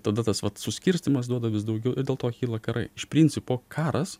tada tas vat suskirstymas duoda vis daugiau ir dėl to kyla karai iš principo karas